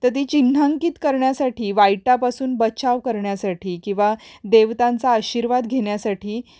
तर ती चिन्हांकित करण्यासाठी वाईटापासून बचाव करण्यासाठी किंवा देवतांचा आशीर्वाद घेण्यासाठी